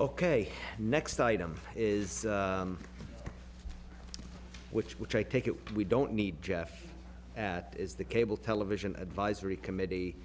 ok next item is which which i take it we don't need jeff that is the cable television advisory committee